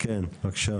כן, בבקשה.